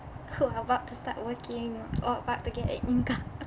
who are about to start working or about to get a income